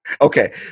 Okay